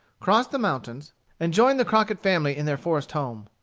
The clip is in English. crossed the mountains and joined the crockett family in their forest home.